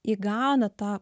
įgauna tą